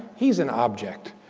he's an object.